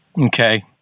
Okay